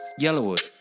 Yellowwood